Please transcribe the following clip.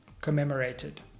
commemorated